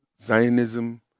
Zionism